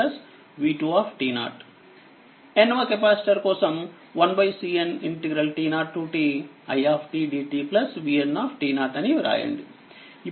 nవ capacitor కోసం 1Cnt0ti dt vn అని వ్రాయండి